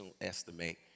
estimate